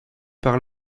par